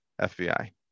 fbi